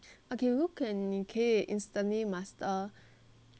okay 如果你可以 instantly master